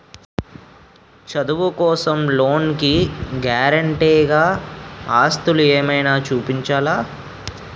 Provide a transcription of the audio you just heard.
చదువు కోసం లోన్ కి గారంటే గా ఆస్తులు ఏమైనా చూపించాలా?